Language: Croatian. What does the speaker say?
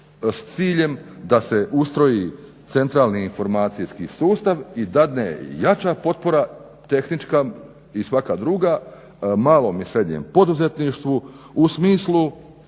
s ciljem da se ustroji centralni informacijski sustav i dadne jača potpora tehnička i svaka druga malom i srednjem poduzetništvu u smislu